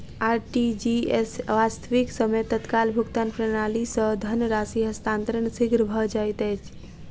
RTGS, वास्तविक समय तत्काल भुगतान प्रणाली, सॅ धन राशि हस्तांतरण शीघ्र भ जाइत अछि